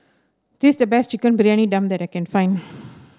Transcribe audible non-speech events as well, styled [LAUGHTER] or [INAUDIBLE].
this is the best Chicken Briyani Dum that I can find [NOISE]